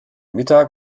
mittag